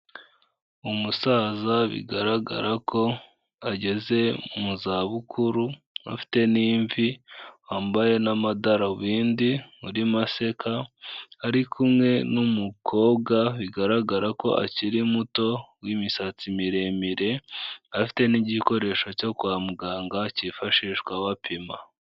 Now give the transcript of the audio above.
Umusaza bigaragara ko ageze mu zabukuru afite n'imvi, wambaye n'amadarubindi urimo aseka, ari kumwe n'umukobwa bigaragara ko akiri muto w'imisatsi miremire, afite n'igikoresho cyo kwa muganga, cyifashishwa bapima.